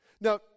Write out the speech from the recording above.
Now